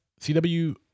CW